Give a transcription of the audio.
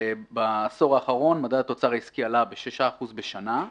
בעשור האחרון מדד התוצר העסקי עלה ב-6% בשנה,